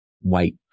white